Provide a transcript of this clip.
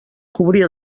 cobrir